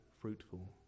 fruitful